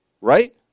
Right